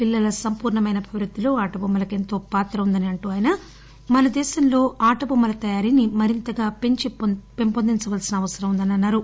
పిల్లల సంపూర్ణమైన అభివృద్దిలో ఆటబొమ్మలకు ఎంతో పాత్ర ఉందని అంటూ ఆయన మనదేశంలో ఆట బొమ్మల తయారీ ని మరింతగా పెంచి పెంచొందించవలసిన అవసరం ఉందని అన్నారు